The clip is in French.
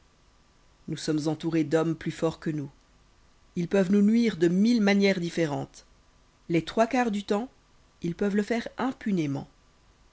nous sommes entourés d'hommes plus forts que nous ils peuvent nous nuire de mille manières différentes les trois quarts du temps ils peuvent le faire impunément